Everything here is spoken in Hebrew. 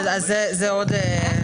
על בסיס מה היא תחושה.